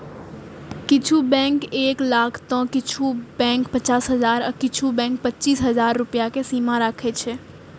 किछु बैंक एक लाख तं किछु बैंक पचास हजार आ किछु बैंक पच्चीस हजार रुपैया के सीमा राखै छै